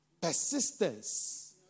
persistence